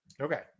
okay